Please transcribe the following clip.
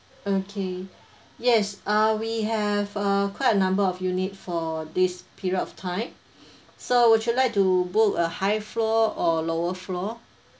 okay yes uh we have uh quite a number of unit for this period of time so would you like to book a high floor or lower floor